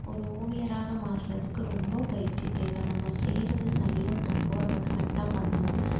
ஒரு ஓவியராக மாறதுக்கு ரொம்ப பயிற்சி தேவை நம்ம செய்யறது சரியோ தப்போ அதை கரெக்டாக பண்ணனும்